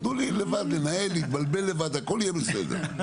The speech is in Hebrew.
תנו לי לבד לנהל, להתבלבל לבד, הכול יהיה בסדר.